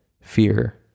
fear